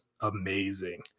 amazing